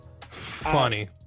funny